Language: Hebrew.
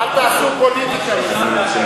אל תעשו פוליטיקה מזה.